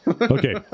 Okay